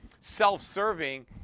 self-serving